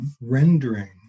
rendering